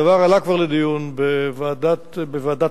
הדבר עלה כבר לדיון בוועדת המשנה,